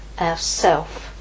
ourself